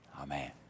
Amen